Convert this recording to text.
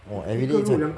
!wah! everything eat cai png